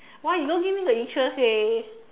!wah! you don't give me the interest eh